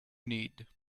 need